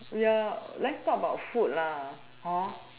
we are let's talk about food lah hor